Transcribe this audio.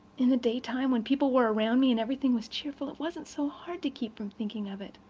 in the daytime, when people were around me and everything was cheerful, it wasn't so hard to keep from thinking of it.